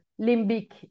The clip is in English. limbic